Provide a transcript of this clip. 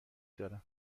دارم